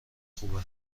خوبه